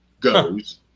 goes